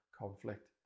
conflict